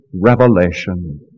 revelation